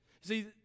See